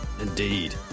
indeed